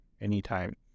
anytime